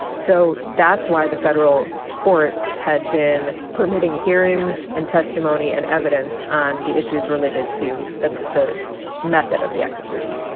so that's why the federal court had been permitting hearings, and testimony, and evidence on the issues related to the the method of the execution.